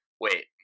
wait